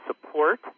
support